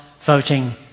voting